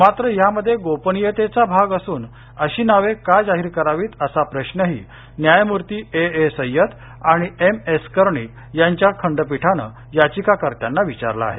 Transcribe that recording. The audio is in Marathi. मात्र ह्यामध्ये गोपनीयतेचा भाग असून अशी नावे का जाहीर करावीत असा प्रश्नही न्यायमूर्ती ए ए सय्यद आणि एम एस कर्णिक यांच्या खंडापीठानं याचिकाकर्त्यांना विचारला आहे